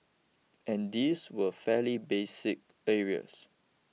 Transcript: and these were fairly basic areas